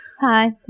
Hi